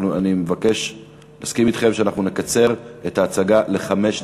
אני מסכים אתכם שאנחנו נקצר את ההצגה לחמש דקות.